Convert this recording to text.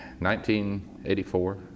1984